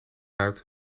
uit